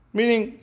meaning